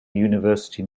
university